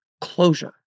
closure